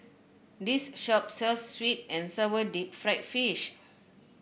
this shop sells sweet and sour Deep Fried Fish